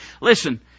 listen